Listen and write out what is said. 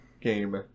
game